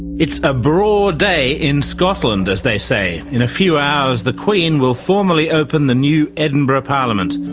it's a braw day in scotland as they say in a few hours, the queen will formally open the new edinburgh parliament.